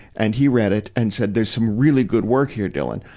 and he read it and said, there's some really good work here, dylan.